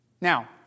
Now